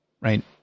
right